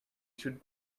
should